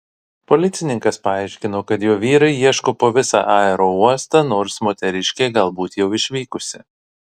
policininkas paaiškino kad jo vyrai ieško po visą aerouostą nors moteriškė galbūt jau išvykusi